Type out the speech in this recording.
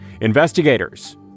Investigators